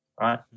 Right